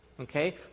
okay